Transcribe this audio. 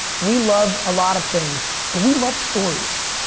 we love a lot of things but we love stories.